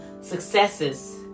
successes